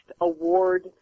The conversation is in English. award